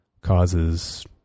causes